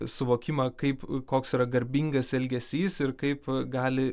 suvokimą kaip koks yra garbingas elgesys ir kaip gali